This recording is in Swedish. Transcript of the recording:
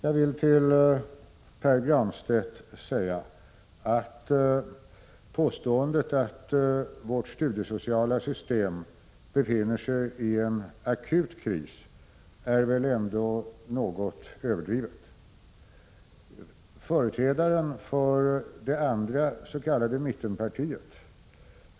Herr talman! Påståendet att vårt studiesociala system befinner sig i en akut kris är väl ändå något överdrivet, Pär Granstedt?